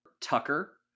Tucker